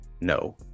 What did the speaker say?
no